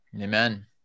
Amen